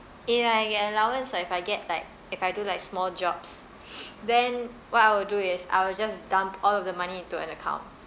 if I get allowance or if I get like if I do like small jobs then what I'll do is I'll just dump all of the money into an account